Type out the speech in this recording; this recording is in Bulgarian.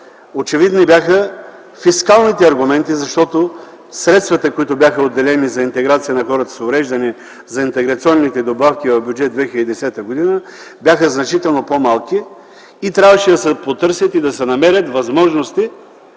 Очевидни бяха фискалните аргументи, защото средствата, които бяха отделени за интеграция на хората с увреждания, за интеграционните добавки в Бюджет 2010 г., бяха значително по-малко - трябваше да се потърсят и да се намерят възможности,